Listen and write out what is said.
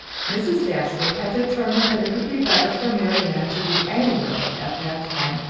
mrs. dashwood had determined that it would be better for marianne to be any where, at that time,